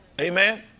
Amen